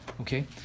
okay